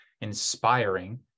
inspiring